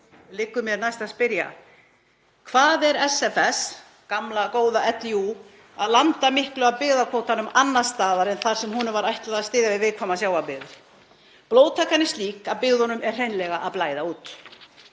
liggur næst við að spyrja: Hvað er SFS, gamla góða LÍÚ, að landa miklu af byggðakvótanum annars staðar en þar sem honum var ætlað að styðja við viðkvæmar sjávarbyggðir? Blóðtakan er slík að byggðunum er hreinlega að blæða út.